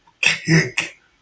kick